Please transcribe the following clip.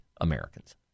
Americans